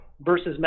versus